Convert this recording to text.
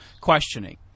questioning